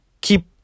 keep